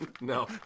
No